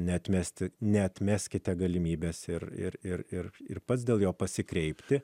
neatmesti neatmeskite galimybės ir ir ir ir ir pats dėl jo pasikreipti